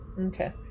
Okay